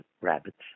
rabbits